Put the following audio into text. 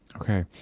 Okay